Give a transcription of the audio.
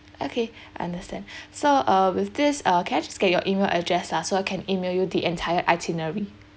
okay I understand so uh with this uh can I just get your email address ah so I can email you the entire itinerary